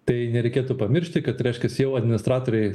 tai nereikėtų pamiršti kad reiškias jau administratoriai